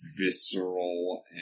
visceral